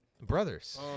Brothers